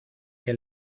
que